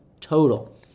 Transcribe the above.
total